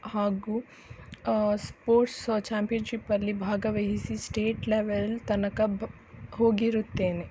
ಹಾಗೂ ಸ್ಪೋರ್ಟ್ಸ್ ಚಾಂಪಿಯನ್ಶಿಪಲ್ಲಿ ಭಾಗವಹಿಸಿ ಸ್ಟೇಟ್ ಲೆವೆಲ್ ತನಕ ಬ್ ಹೋಗಿರುತ್ತೇನೆ